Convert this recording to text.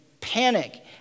panic